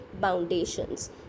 foundations